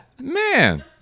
man